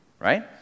right